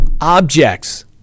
objects